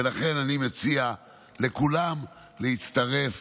ולכן אני מציע לכולם להצטרף